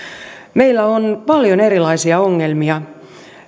meillä on paljon erilaisia ongelmia